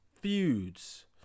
feuds